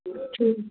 ठीकु